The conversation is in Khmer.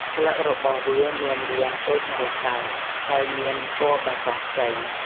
ស្លឹករបស់វាមានរាងដូចម្រាមដៃ ហើយមានពណ៌បៃតងខ្ចី។